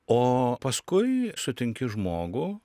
o paskui sutinki žmogų